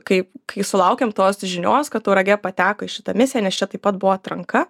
kaip kai sulaukiam tos žinios kad tauragė pateko į šitą misiją nes čia taip pat buvo atranka